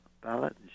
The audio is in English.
ballot